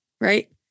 right